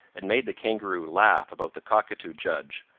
and made the kangaroo laugh about the cockatoo judge,